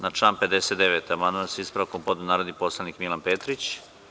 Na član 59. amandman sa ispravkom podneo je narodni poslanik Milan Petrić.